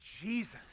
Jesus